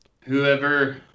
Whoever